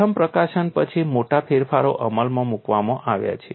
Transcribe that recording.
પ્રથમ પ્રકાશન પછી મોટા ફેરફારો અમલમાં મૂકવામાં આવ્યા છે